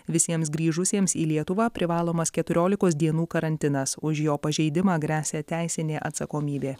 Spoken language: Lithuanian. visiems grįžusiems į lietuvą privalomas keturiolikos dienų karantinas už jo pažeidimą gresia teisinė atsakomybė